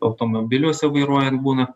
automobiliuose vairuojant būna